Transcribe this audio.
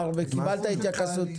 הדבר שלך נאמר וקיבלת התייחסות.